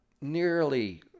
Nearly